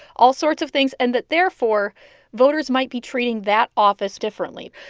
all sorts of things, and that therefore voters might be treating that office differently,